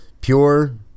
pure